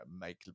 make